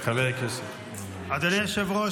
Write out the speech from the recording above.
אדוני היושב-ראש,